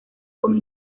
con